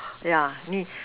yeah needs